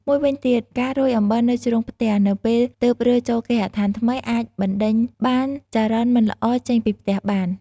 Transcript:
មួយវិញទៀត ការរោយអំបិលនៅជ្រុងផ្ទះ នៅពេលទើបរើចូលគេហដ្ឋានថ្មី អាចបណ្ដេញបានចរន្តមិនល្អចេញពីផ្ទះបាន។